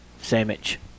sandwich